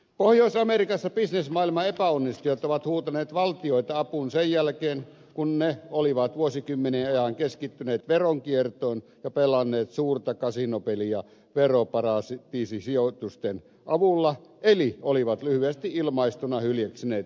pohjois amerikassa bisnesmaailman epäonnistujat ovat huutaneet valtiota apuun sen jälkeen kun ne olivat vuosikymmenien ajan keskittyneet veronkiertoon ja pelanneet suurta kasinopeliä veroparatiisisijoitusten avulla eli olivat lyhyesti ilmaistuna hyljeksineet valtio instituutiota